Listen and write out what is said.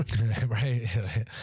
right